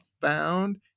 Found